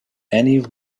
any